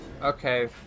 Okay